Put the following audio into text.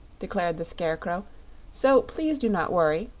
declared the scarecrow so please do not worry,